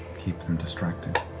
keep them distracted,